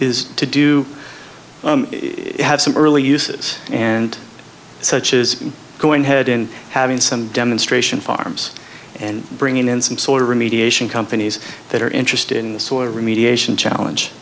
is to do you have some early uses and such is going head in having some demonstration farms and bringing in some sort of remediation companies that are interested in the soil remediation challenge